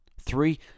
Three